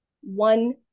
one